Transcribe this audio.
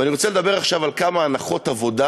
ואני רוצה לדבר עכשיו על כמה הנחות עבודה